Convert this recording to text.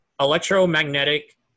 electromagnetic